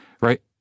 right